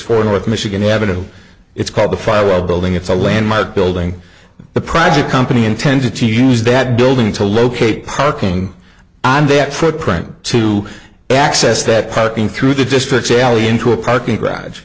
four north michigan avenue it's called the firewall building it's a landmark building the private company intended to use dad building to locate parking on deck footprint to access that cutting through the district's alley into a parking garage